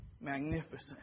magnificent